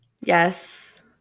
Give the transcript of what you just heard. Yes